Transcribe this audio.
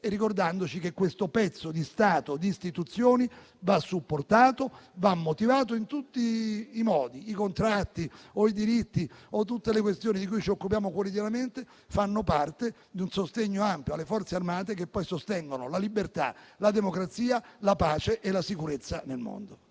e ricordandoci che questo pezzo di Stato e di istituzioni va supportato e va motivato in tutti i modi con i contratti, i diritti e tutte le questioni di cui ci occupiamo quotidianamente che fanno parte di un sostegno ampio alle Forze armate, che poi sostengono la libertà, la democrazia, la pace e la sicurezza nel mondo.